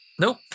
Nope